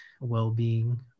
well-being